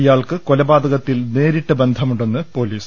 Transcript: ഇയാൾക്ക് കൊലപാതകത്തിൽ നേരിട്ട് ബന്ധമുണ്ടെന്ന് പൊലീസ്